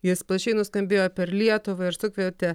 jis plačiai nuskambėjo per lietuvą ir sukvietė